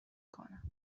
کنم